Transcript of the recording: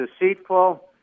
deceitful